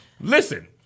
Listen